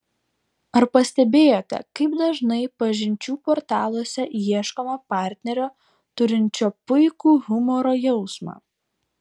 ar pastebėjote kaip dažnai pažinčių portaluose ieškoma partnerio turinčio puikų humoro jausmą